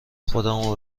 خودمو